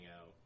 out